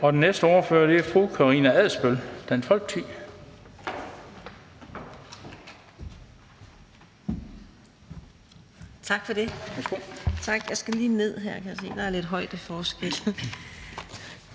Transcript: Den næste ordfører er fru Karina Adsbøl, Dansk